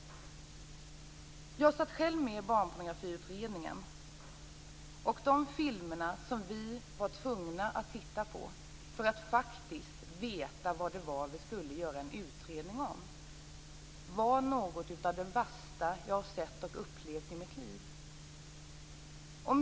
Jag satt själv med i Barnpornografiutredningen. De filmer som vi var tvungna att titta på för att faktiskt veta vad det var som vi skulle göra en utredning om är något av det värsta som jag har sett och upplevt i mitt liv.